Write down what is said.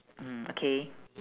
mm okay